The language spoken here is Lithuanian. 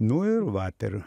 nu ir vat ir